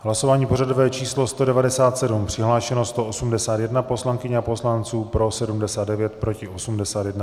V hlasování pořadové číslo 197 přihlášeno 181 poslankyň a poslanců, pro 79, proti 81.